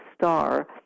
star